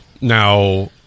now